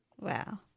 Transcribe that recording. Wow